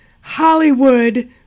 Hollywood